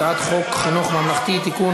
הצעת חוק חינוך ממלכתי (תיקון,